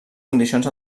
condicions